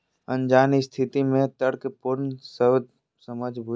अनजान स्थिति में तर्कपूर्ण समझबूझ करे के पूर्वानुमान कहल जा हइ